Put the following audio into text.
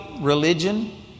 religion